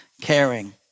caring